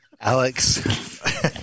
Alex